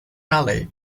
alley